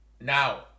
Now